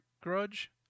grudge